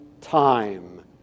time